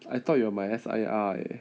I thought you are my S_I_R eh